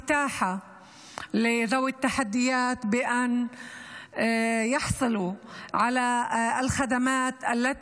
אתגרים גדולים ורבים עומדים בפני אנשים עם צרכים מיוחדים בחברה הערבית